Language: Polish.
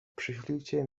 przyślijcie